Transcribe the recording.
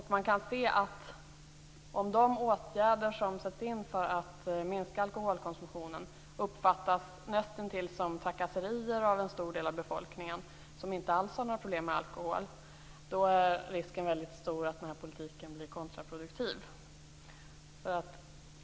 Om de åtgärder som sätts in för att minska alkoholkonsumtionen nästintill uppfattas som trakasserier av en stor del av befolkningen, som inte alls har några problem med alkohol, är risken väldigt stor att politiken blir kontraproduktiv.